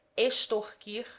extorquir